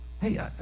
Hey